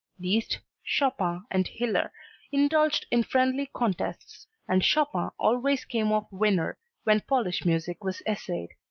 liszt, chopin and hiller indulged in friendly contests and chopin always came off winner when polish music was essayed.